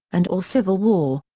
and or civil war.